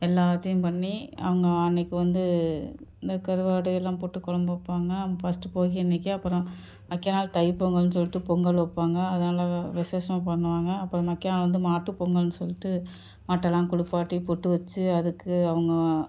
எல்லாத்தையும் பண்ணி அவங்க அன்றைக்கி வந்து இந்த கருவாடு எல்லாம் போட்டு கொழம்பு வைப்பாங்க பர்ஸ்ட்டு போகி அன்றைக்கி அப்புறம் மக்கிய நாள் தைப்பொங்கல்னு சொல்லிட்டு பொங்கல் வைப்பாங்க அதனால் விசேஷம் பண்ணுவாங்க அப்புறம் மக்கிய நாள் வந்து மாட்டு பொங்கல்னு சொல்லிட்டு மாட்டெல்லாம் குளிப்பாட்டி பொட்டு வைச்சு அதுக்கு அவங்க